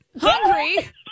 Hungry